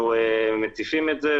אנחנו מקיפים את זה,